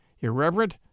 irreverent